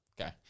okay